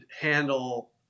handle